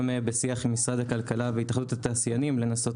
אנחנו יכולים גם בשיח עם משרד הכלכלה והתאחדות התעשיינים לנסות